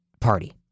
party